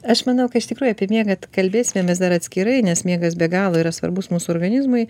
aš manau kad iš tikrųjų apie miegą kalbėsime mes dar atskirai nes miegas be galo yra svarbus mūsų organizmui